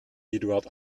eduard